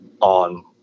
on